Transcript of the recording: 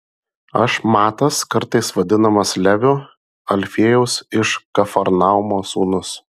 aš matas kartais vadinamas leviu alfiejaus iš kafarnaumo sūnus